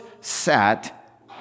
sat